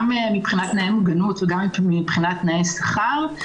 גם מבחינת תנאי מוגנות וגם מבחינת תנאי שכר,